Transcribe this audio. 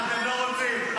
מה אתם לא רוצים?